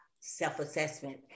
self-assessment